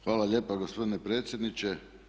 Hvala lijepa gospodine predsjedniče.